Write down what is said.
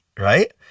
right